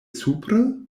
supre